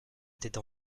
étaient